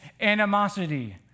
animosity